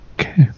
Okay